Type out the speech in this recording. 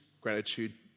gratitude